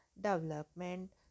development